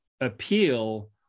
appeal